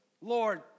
Lord